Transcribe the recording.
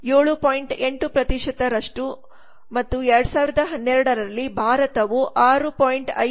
8 ಮತ್ತು 2012 ರಲ್ಲಿ ಭಾರತವು 6